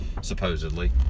supposedly